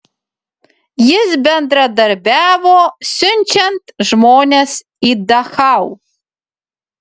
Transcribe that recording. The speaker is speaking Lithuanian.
jis bendradarbiavo siunčiant žmones į dachau